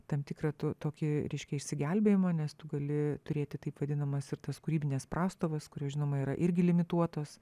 tam tikrą to tokį reiškia išsigelbėjimą nes tu gali turėti taip vadinamas ir tas kūrybines prastovas kurios žinoma yra irgi limituotos